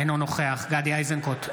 אינו נוכח גדי איזנקוט,